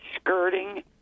skirting